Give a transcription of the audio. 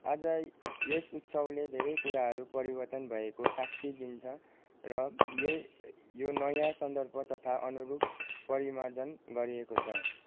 आज यस उत्सवले धेरै कुराहरू परिवर्तन भएको साक्षी दिन्छ र यो नयाँ सन्दर्भ तथा अनुरूप परिमार्जन गरिएको छ